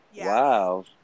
Wow